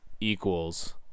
equals